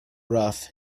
rough